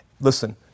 Listen